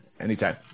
Anytime